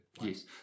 Yes